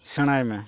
ᱥᱮᱬᱟᱭ ᱢᱮ